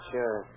Sure